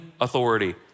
authority